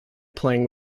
playing